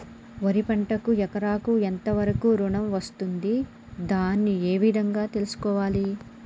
వరి పంటకు ఎకరాకు ఎంత వరకు ఋణం వస్తుంది దాన్ని ఏ విధంగా తెలుసుకోవాలి?